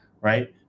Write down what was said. right